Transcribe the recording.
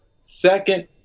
second